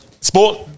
sport